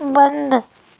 بند